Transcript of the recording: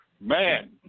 man